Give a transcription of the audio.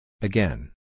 Again